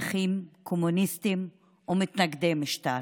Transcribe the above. נכים, קומוניסטים ומתנגדי משטר.